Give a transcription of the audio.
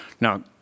Now